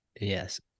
Yes